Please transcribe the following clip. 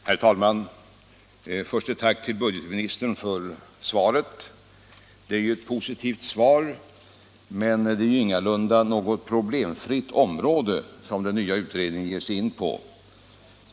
Herr talman! Först ett tack till budgetministern för svaret. Det är ett positivt svar, men det är ju ingalunda något problemfritt område som den nya utredningen ger sig in på.